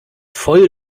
voll